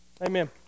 Amen